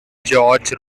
george